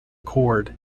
cord